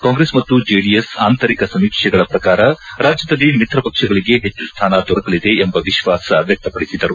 ಕಾಂಗ್ರೆಸ್ ಮತ್ತು ಜೆಡಿಎಸ್ ಆಂತರಿಕ ಸಮೀಕ್ಷೆಗಳ ಪ್ರಕಾರ ರಾಜ್ಯದಲ್ಲಿ ಮಿತ್ರ ಪಕ್ಷಗಳಿಗೆ ಹೆಚ್ಚು ಸ್ಥಾನ ದೊರಕಲಿದೆ ಎಂಬ ವಿಶ್ವಾಸ ವ್ಯಕ್ತಪಡಿಸಿದರು